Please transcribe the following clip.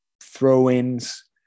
throw-ins